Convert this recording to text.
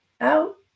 out